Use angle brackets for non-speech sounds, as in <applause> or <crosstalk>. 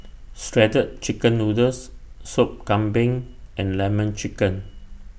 <noise> Shredded Chicken Noodles Sop Kambing and Lemon Chicken